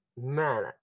man